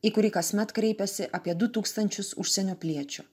į kurį kasmet kreipiasi apie du tūkstančius užsienio piliečių